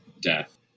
death